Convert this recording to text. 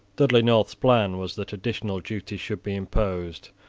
dudley north's plan was that additional duties should be imposed,